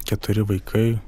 keturi vaikai